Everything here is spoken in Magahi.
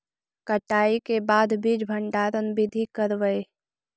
कटाई के बाद बीज भंडारन बीधी करबय?